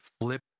flip